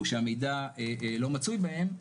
או שהמידע לא מצוי בהן,